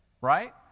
Right